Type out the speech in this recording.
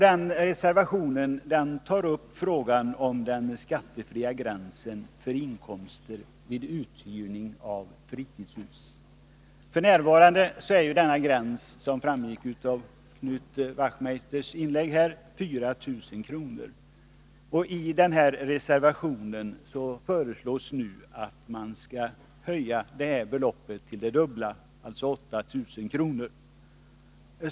I reservationen tas upp frågan om den skattefria gränsen för inkomster vid uthyrning av fritidshus. F. n. är gränsen, som framgick av Knut Wachtmeisters inlägg, 4000 kr. I reservationen föreslås nu att man skall höja beloppet till det dubbla, alltså 8 000.